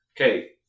okay